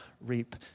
reap